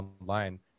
online